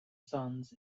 sons